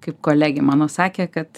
kaip kolegė mano sakė kad